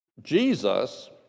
Jesus